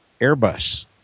Airbus